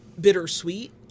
bittersweet